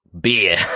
beer